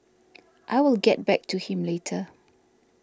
I will get back to him later